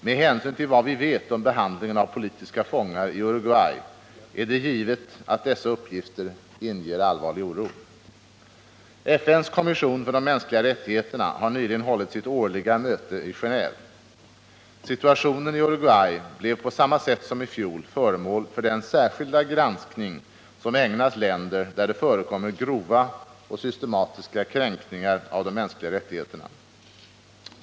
Med hänsyn till vad vi vet om behandlingen av politiska fångar i Uruguay är det givet att dessa uppgifter inger allvarlig oro. FN:s kommission för de mänskliga rättigheterna har nyligen hållit sitt årliga möte i Genéve. Situationen i Uruguay blev på samma sätt som i fjol föremål för den särskilda granskning som ägnas länder där det förekommer grova och systematiska kränkningar av de mänskliga rättigheterna.